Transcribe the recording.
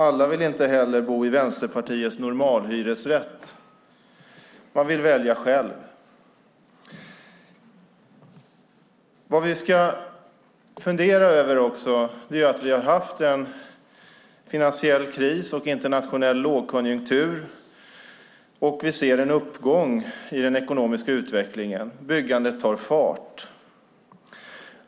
Alla vill inte heller bo i Vänsterpartiets normalhyresrätt, utan man vill välja själv. Vi har haft en finansiell kris och en internationell lågkonjunktur. Nu ser vi en uppgång i den ekonomiska utvecklingen, och byggandet tar fart.